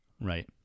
right